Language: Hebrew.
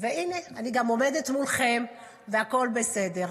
והינה, אני עומדת מולכם והכול בסדר.